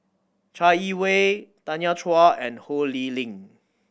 Chai Yee Wei Tanya Chua and Ho Lee Ling